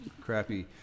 crappy